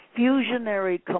fusionary